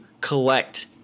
collect